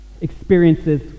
experiences